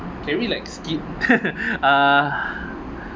can we like skip uh